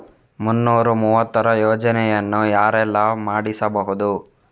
ಮುನ್ನೂರ ಮೂವತ್ತರ ಯೋಜನೆಯನ್ನು ಯಾರೆಲ್ಲ ಮಾಡಿಸಬಹುದು?